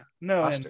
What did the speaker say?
no